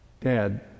Dad